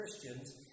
Christians